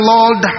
Lord